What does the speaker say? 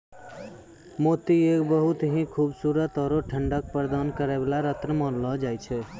मोती एक बहुत हीं खूबसूरत आरो ठंडक प्रदान करै वाला रत्न मानलो जाय छै